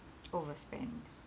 overspend